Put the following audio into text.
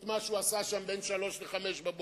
את מה שהוא עשה שם בין 03:00 ל-05:00.